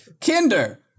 Kinder